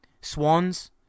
Swans